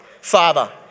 Father